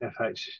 FH